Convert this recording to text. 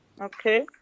Okay